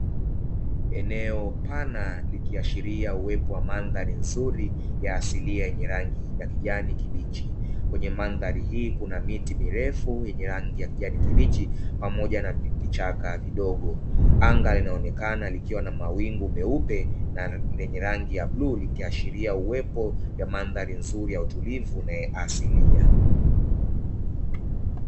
Eneo pana likiashiria uwepo wa mandhari nzuri ya asilia yenye rangi ya kijani kibichi, kwenye mandhari hii kuna miti mirefu yenye rangi ya kijani kibichi pamoja na vichaka vidogo, anga linaonekana likiwa na mawingu meupe na lenye rangi ya bluu ikiashiria uwepo wa mandhari nzuri ya utulivu na asilia.